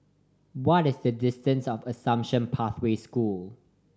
what is the distance to Assumption Pathway School